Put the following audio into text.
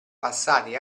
passati